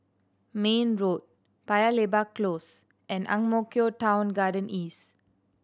Mayne Road Paya Lebar Close and Ang Mo Kio Town Garden East